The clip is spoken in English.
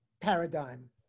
paradigm